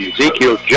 Ezekiel